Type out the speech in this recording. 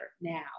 now